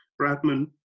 Bradman